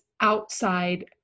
outside